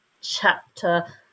chapter